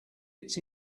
it’s